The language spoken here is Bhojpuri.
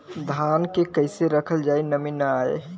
धान के कइसे रखल जाकि नमी न आए?